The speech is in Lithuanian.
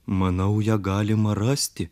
manau ją galima rasti